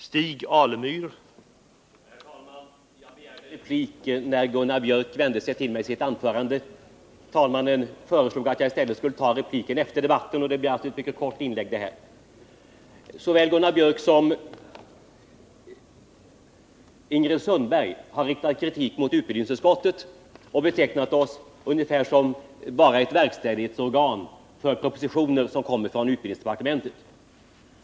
Herr talman! Jag begärde replik när Gunnar Biörck i Värmdö vände sig till mig. Talmannen föreslog att jag i stället skulle begära ordet nu efter de anmälda talarna, och det här bli alltså ett mycket kort inlägg. Såväl Gunnar Biörck som Ingrid Sundberg har riktat kritik mot utbildningsutskottet och betecknat det som bara ett verkställighetsorgan åt regeringen när det gäller de propositioner som kommer från utbildningsdepartementet.